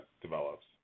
develops